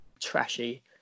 trashy